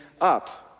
up